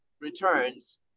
returns